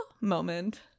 moment